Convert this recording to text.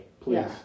please